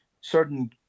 certain